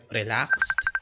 relaxed